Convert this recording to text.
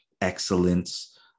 excellence